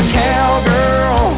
cowgirl